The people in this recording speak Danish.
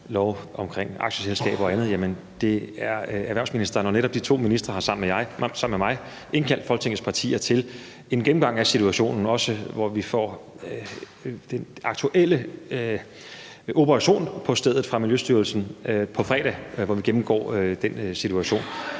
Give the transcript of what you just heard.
lov om aktieselskaber og andet, som ligger under erhvervsministeren. Og netop de to ministre har sammen med mig indkaldt Folketingets partier til en gennemgang af situationen, hvor vi også får en gennemgang af den aktuelle operation på stedet af Miljøstyrelsen, på fredag, hvor vi gennemgår den situation.